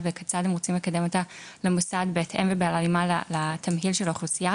וכיצד הם רוצים לקדם אותה למוסד בהתאם ובהלימה לתמהיל של האוכלוסייה